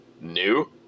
new